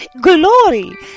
Glory